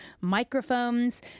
Microphones